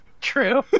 true